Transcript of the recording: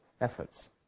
efforts